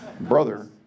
Brother